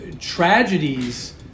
tragedies